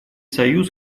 союз